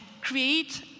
create